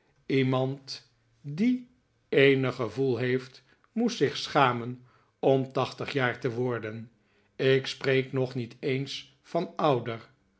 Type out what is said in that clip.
iemand die eenig gevoel heeft moest zich schamen om tachtig jaar te worden ik spreek nog niet eens van ouder